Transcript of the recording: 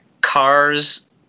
cars